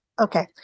okay